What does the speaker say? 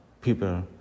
people